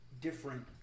different